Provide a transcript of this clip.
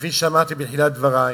כפי שאמרתי בתחילת דברי,